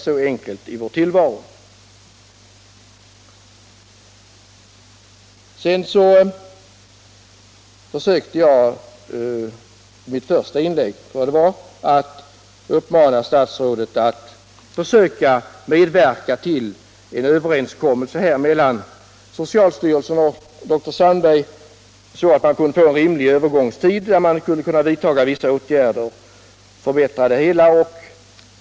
Inget i vår tillvaro är så enkelt. Jag uppmanade i mitt första inlägg statsrådet att försöka medverka till en överenskommelse mellan socialstyrelsen och dr Sandberg för att ge möjlighet till en rimlig övergångstid under vilken vissa förbättrande åtgärder kunde vidtas.